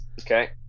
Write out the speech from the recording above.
Okay